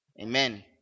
Amen